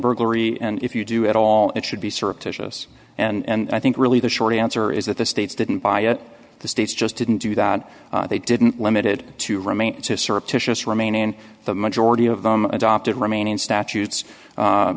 burglary and if you do at all it should be surreptitious and i think really the short answer is that the states didn't buy it the states just didn't do that they didn't limited to remain surreptitious remain in the majority of them adopted romanian statutes